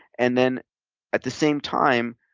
and then at the same time,